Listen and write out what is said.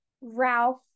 Ralph